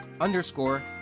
underscore